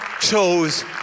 chose